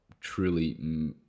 truly